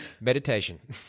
meditation